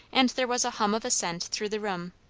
and there was a hum of assent through the room.